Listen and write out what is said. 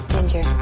Ginger